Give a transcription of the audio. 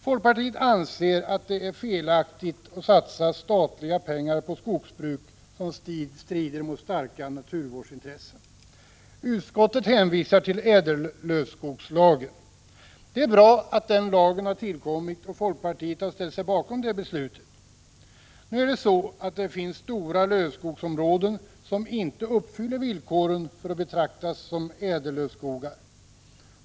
Folkpartiet anser att det är felaktigt att satsa statliga pengar på skogsbruk som strider mot starka naturvårdsintressen. Utskottet hänvisar till ädellövskogslagen. Det är bra att den lagen tillkommit, och folkpartiet har ställt sig bakom det beslutet. Nu är det så att det finns stora lövskogsområden som inte uppfyller villkoren för att betraktas som ädellövskogar.